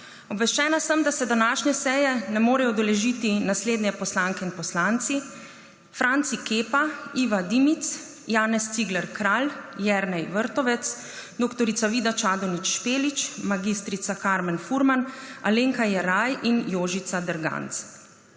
Obveščena sem, da se današnje seje ne morejo udeležiti naslednje poslanke in poslanci: Franci Kepa, Iva Dimic, Janez Cigler Kralj, Jernej Vrtovec, dr. Vida Čadonič Špelič, mag. Karmen Furman, Alenka Jeraj in Jožica Derganc.